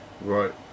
right